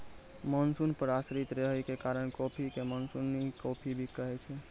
monsoon पर आश्रित रहै के कारण कॉफी कॅ मानसूनी कॉफी भी कहै छै